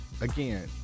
again